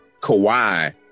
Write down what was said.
Kawhi